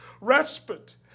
Respite